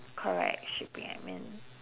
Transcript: correct shipping admin